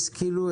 השכילו,